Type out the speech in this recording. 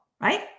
right